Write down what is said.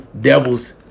devil's